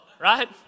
right